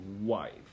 wife